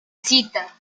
cita